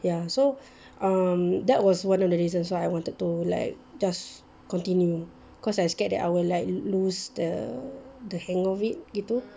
ya so um that was one of the reasons why I wanted to like just continue cause I scared that I will like lose the the hang of it gitu